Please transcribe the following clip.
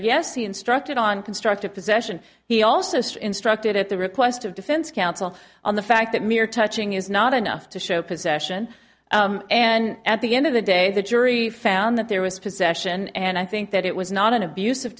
he instructed on constructive possession he also said instructed at the request of defense counsel on the fact that mere touching is not enough to show possession and at the end of the day the jury found that there was possession and i think that it was not an abus